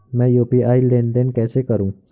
मैं यू.पी.आई लेनदेन कैसे करूँ?